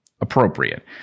appropriate